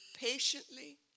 patiently